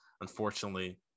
Unfortunately